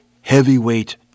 heavyweight